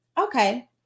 okay